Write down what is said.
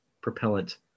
propellant